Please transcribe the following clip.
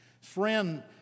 friend